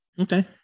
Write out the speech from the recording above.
Okay